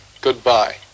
Goodbye